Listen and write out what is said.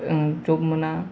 जब मोना